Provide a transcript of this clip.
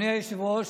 אדוני היושב-ראש,